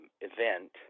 event